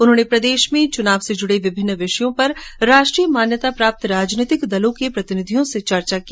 उन्होंने प्रदेश में चुनाव से जुड़े विभिन्न विषयों पर राष्ट्रीय मान्यता प्राप्त राजनीतिक दलों के प्रतिनिधियों से चर्चा की